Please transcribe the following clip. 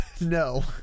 No